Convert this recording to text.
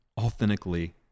authentically